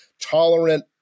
tolerant